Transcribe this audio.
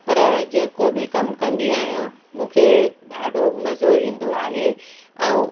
पर जेको बि कमु कंदी आहियां मूंखे ॾाढो मज़ो ईंदो आहे ऐं